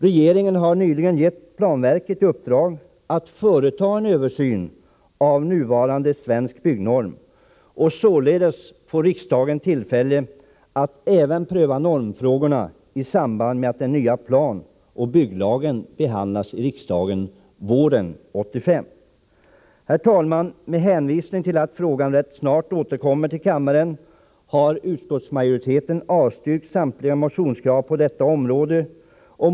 Regeringen har nyligen givit planverket i uppdrag att företa en översyn av nuvarande Svensk byggnorm. Således får riksdagen tillfälle att även pröva normfrågorna i samband med att den nya planoch bygglagen behandlas i riksdagen våren 1985. Herr talman! Med hänvisning till att frågan rätt snart återkommer till kammaren har utskottsmajoriteten avstyrkt samtliga motionskrav på detta område.